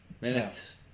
minutes